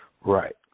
Right